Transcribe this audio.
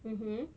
mmhmm